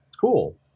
cool